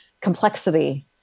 complexity